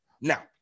Now